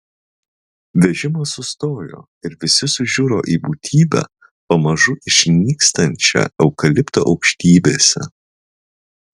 vežimas sustojo ir visi sužiuro į būtybę pamažu išnykstančią eukalipto aukštybėse